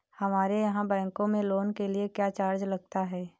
हमारे यहाँ बैंकों में लोन के लिए क्या चार्ज लगता है?